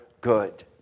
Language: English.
good